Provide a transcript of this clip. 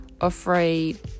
afraid